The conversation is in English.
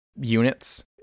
units